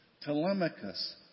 Telemachus